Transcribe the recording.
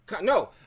No